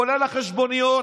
כולל החשבוניות,